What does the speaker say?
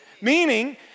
Meaning